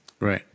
Right